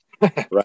Right